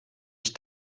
ich